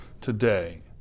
today